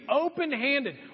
open-handed